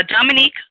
Dominique